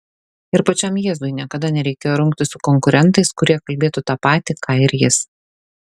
ir pačiam jėzui niekada nereikėjo rungtis su konkurentais kurie kalbėtų tą patį ką ir jis